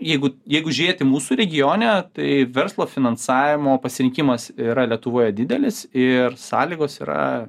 jeigu jeigu žėti mūsų regione tai verslo finansavimo pasirinkimas yra lietuvoje didelis ir sąlygos yra